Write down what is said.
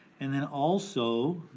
and then also,